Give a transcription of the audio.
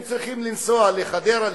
הם צריכים לנסוע לחדרה,